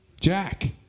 Jack